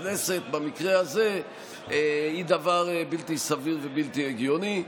הכנסת במקרה הזה היא דבר בלתי סביר ובלתי הגיוני.